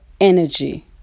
energy